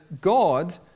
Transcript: God